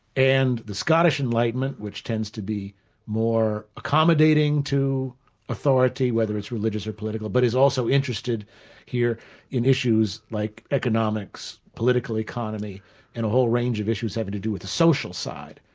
and the scottish enlightenment which tends to be more accommodating to authority, whether it's religious or political, but is also interested here in issues like economics, political economy and a whole range of issues having to do with the social side.